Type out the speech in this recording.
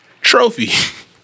Trophy